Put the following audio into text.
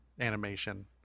animation